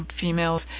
females